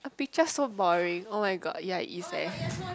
the picture so boring [oh]-my-god ya it is eh